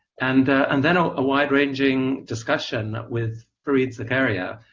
and and then, ah a wide-ranging discussion with fareed zakaria,